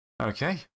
Okay